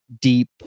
deep